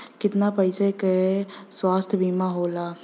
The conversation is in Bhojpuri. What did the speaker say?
कितना पैसे का स्वास्थ्य बीमा होला?